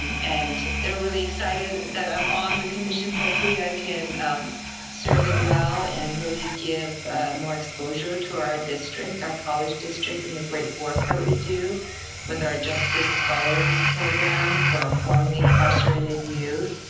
and and they're really excited that i'm on the commission. hopefully, i can serve it well and really give more exposure to our district, our college district, and the great work that we do with our justice scholars program for our formerly incarcerated youth.